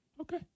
Okay